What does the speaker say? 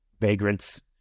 vagrants